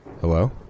Hello